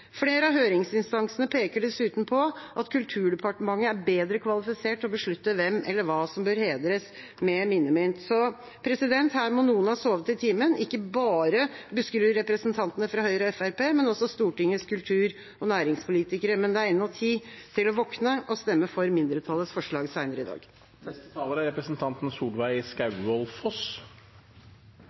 Flere av høringsinstansene peker dessuten på at Kulturdepartementet er bedre kvalifisert til å beslutte hvem eller hva som bør hedres med minnemynt. Her må noen ha sovet i timen, ikke bare Buskerud-representantene fra Høyre og Fremskrittspartiet, men også Stortingets kultur- og næringspolitikere. Men det er ennå tid til å våkne og stemme for mindretallets forslag seinere i dag. Mitt hjerte banker for kultur som er